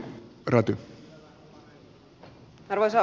arvoisa puhemies